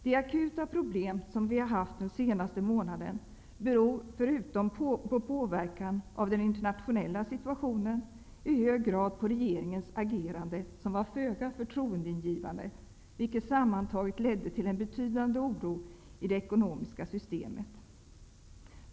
De akuta problem som vi har haft den senaste månaden beror förutom på påverkan av den internationella situationen i hög grad på regeringens agerande, som var föga förtroendeingivande, vilket sammantaget ledde till en betydande oro i det ekonomiska systemet.